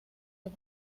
los